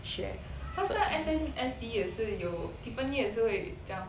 学